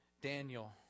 Daniel